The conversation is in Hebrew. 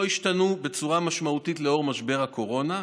ישתנו בצורה משמעותית בשל משבר הקורונה.